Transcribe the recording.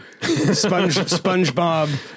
spongebob